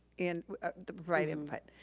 and the bright input.